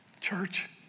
Church